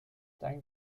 dein